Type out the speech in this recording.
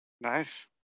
Nice